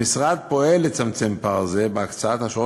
המשרד פועל לצמצם פער זה בהקצאת השעות